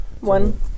one